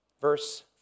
Verse